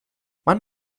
man